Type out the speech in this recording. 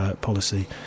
policy